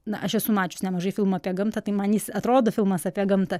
na aš esu mačius nemažai filmų apie gamtą tai man jis atrodo filmas apie gamtą